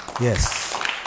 Yes